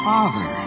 Father